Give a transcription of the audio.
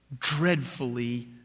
dreadfully